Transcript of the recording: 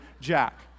Jack